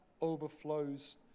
overflows